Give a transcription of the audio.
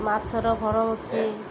ମାଛର ଘର ଅଛି